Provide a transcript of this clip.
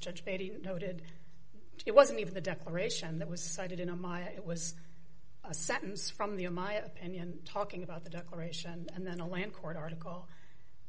judge beatty noted it wasn't even the declaration that was cited in a my it was a sentence from the in my opinion talking about the declaration and then a land court article